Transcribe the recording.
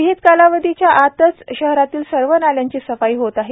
विहीत कालावधीच्या आतच शहरातील सर्व नाल्यांची सफाई होत आहे